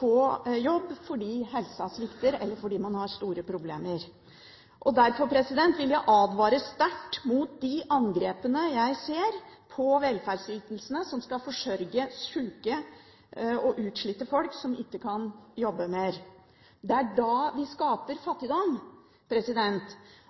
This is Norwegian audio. få jobb fordi helsa svikter, eller fordi de har store problemer. Derfor vil jeg advare sterkt mot de angrepene jeg ser på velferdsytelsene som skal forsørge syke og utslitte folk som ikke kan jobbe mer. Det er da vi skaper fattigdom.